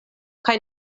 kaj